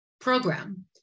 program